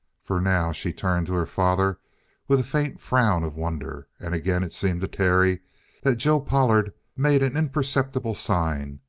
for now she turned to her father with a faint frown of wonder. and again it seemed to terry that joe pollard made an imperceptible sign,